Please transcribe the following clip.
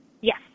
Yes